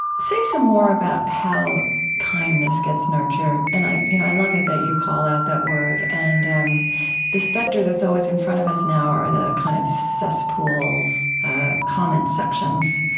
say some more about how kindness gets nurtured. and i you know i love it that you call out that word, and um the spectre that's always in front of us now are the kind of cesspools comment sections,